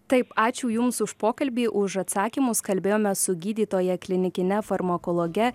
taip ačiū jums už pokalbį už atsakymus kalbėjome su gydytoja klinikine farmakologe